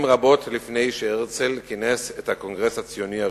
רבות לפני שהרצל כינס את הקונגרס הציוני הראשון.